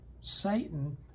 Satan